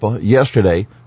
yesterday